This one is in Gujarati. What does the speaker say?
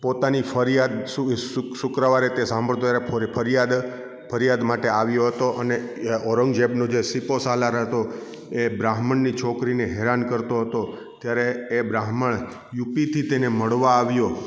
પોતાની ફરિયાદ શુ શુ શુક્રવારે તે સાંભળતો તે ફરી ફરિયાદ ફરિયાદ માટે આવ્યો હતો અને ઔરંગઝેબનો જે સિપો સાલાર હતો એ બ્રાહ્મણની છોકરીને હેરાન કરતો હતો ત્યારે એ બ્રાહ્મણ યુપીથી તેને મળવા આવ્યો